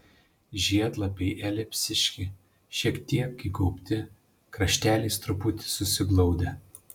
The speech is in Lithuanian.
žiedlapiai elipsiški šiek tiek įgaubti krašteliais truputį susiglaudę